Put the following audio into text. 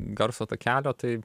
garso takelio tai